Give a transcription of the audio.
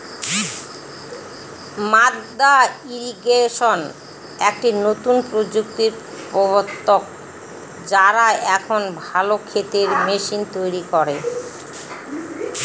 মাদ্দা ইরিগেশন একটি নতুন প্রযুক্তির প্রবর্তক, যারা এখন ভালো ক্ষেতের মেশিন তৈরী করে